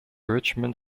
richmond